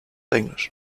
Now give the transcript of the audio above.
englisch